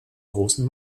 großen